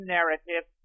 Narrative